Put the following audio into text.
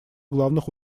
главных